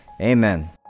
Amen